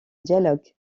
dialogues